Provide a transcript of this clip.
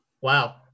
Wow